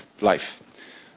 life